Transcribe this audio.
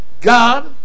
God